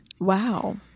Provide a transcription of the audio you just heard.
Wow